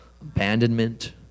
abandonment